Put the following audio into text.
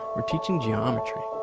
or teaching geometry,